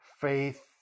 faith